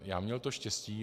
Já měl to štěstí.